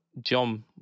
John